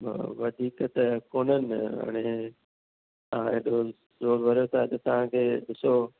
न वधीक त कोननि हाणे तव्हां एॾो ज़ोर भरियो था त तव्हांखे ॾिसो